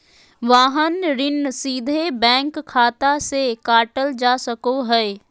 वाहन ऋण सीधे बैंक खाता से काटल जा सको हय